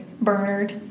Bernard